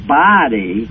body